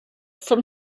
from